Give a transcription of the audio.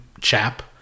chap